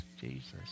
Jesus